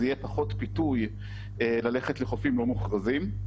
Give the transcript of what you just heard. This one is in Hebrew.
יהיה פחות פיתוי ללכת לחופים לא מוכרזים.